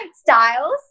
styles